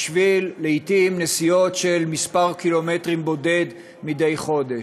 לעתים בשביל נסיעות של מספר קילומטרים קטן מדי חודש.